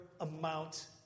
amount